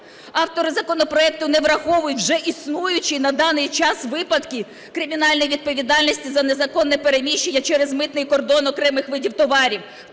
Автори законопроекту не враховують вже існуючі на даний час випадки кримінальної відповідальності за незаконне переміщення через митний кордон окремих видів товарів,